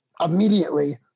Immediately